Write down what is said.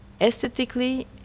aesthetically